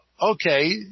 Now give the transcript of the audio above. okay –